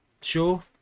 sure